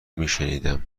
میشنیدم